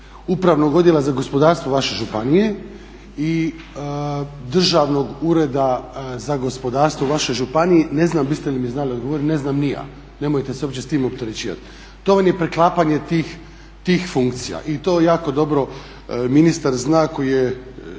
Upravnog odjela za gospodarstvo vaše županije i Državnog ureda za gospodarstvo u vašoj županiji ne znam biste li mi znali odgovoriti. Ne znam ni ja, nemojte se uopće s tim opterećivati. To vam je preklapanje tih funkcija i to jako dobro ministar zna koji je